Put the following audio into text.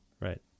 Right